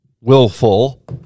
willful